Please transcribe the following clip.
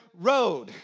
road